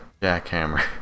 jackhammer